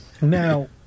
Now